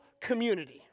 community